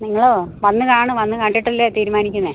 നിങ്ങൾ വന്നു കാണുക വന്നു കണ്ടിട്ടല്ലേ തീരുമാനിക്കുന്നത്